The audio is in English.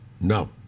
No